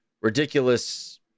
ridiculous